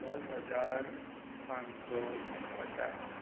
દસ હજાર પાંચસો પચાસ